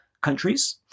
countries